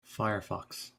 firefox